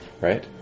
Right